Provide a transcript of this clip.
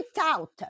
out